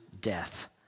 death